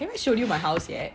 have I show you my house yet